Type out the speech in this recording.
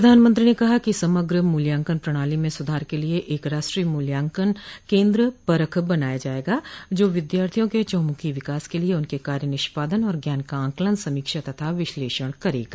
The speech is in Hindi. प्रधानमंत्री ने कहा है कि समग्र मूल्यांकन प्रणाली में सुधार के लिए एक राष्ट्रीय मूल्यांकन केन्द्र परख बनाया जाएगा जो विद्यार्थियों के चह मुखी विकास के लिए उनके कार्य निष्पादन आर ज्ञान का आकलन समीक्षा तथा विश्लेंषण करेगा